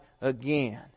again